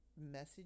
message